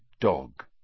dog